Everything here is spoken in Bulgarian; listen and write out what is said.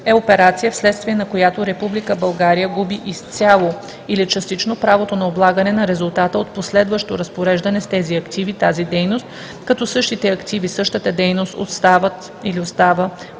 е операция, вследствие на която Република България губи изцяло или частично правото на облагане на резултата от последващо разпореждане с тези активи/тази дейност, като същите активи/същата дейност остават/остава